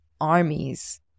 armies